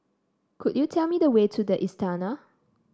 could you tell me the way to the Istana